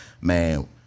Man